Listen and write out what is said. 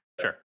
Sure